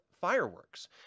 fireworks